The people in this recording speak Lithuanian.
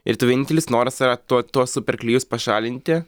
ir tu vienintelis noras yra tuo tuos super klijus pašalinti